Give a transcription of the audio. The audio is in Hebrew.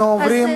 ברשותך,